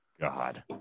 god